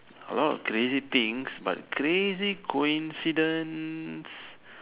a lot of crazy things but crazy coincidence